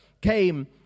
came